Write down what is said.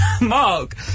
Mark